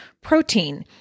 protein